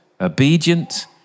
obedient